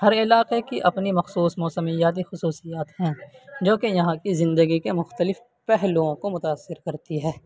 ہر علاقے کی اپنی مخصوص موسمیاتی خصوصیات ہیں جو کہ یہاں کی زندگی کے مختلف پہلوؤں کو متاثر کرتی ہے